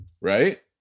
right